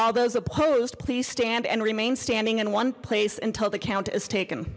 all those opposed please stand and remain standing in one place until the count is taken